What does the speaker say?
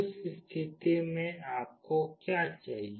उस स्थिति में आपको क्या चाहिए